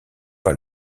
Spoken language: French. par